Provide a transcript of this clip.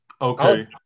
okay